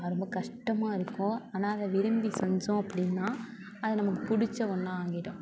அது ரொம்ப கஷ்டமாக இருக்கும் ஆனால் அதை விரும்பி செஞ்சோம் அப்டின்னா அது நமக்கு பிடிச்ச ஒன்னாக ஆகிடும்